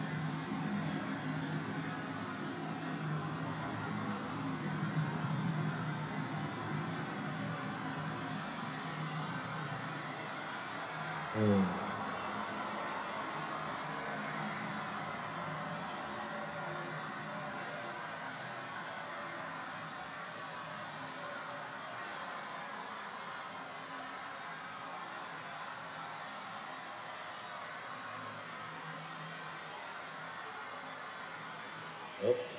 mm eh